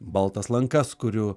baltas lankas kuriu